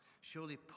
Surely